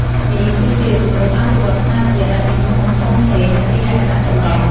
នេះគឺជា គម្រោងអភិវឌ្ឍន៍ខ្នាតយក្ស ដែលមានទំហំធំធេង និងមានលក្ខណៈចម្រុះ។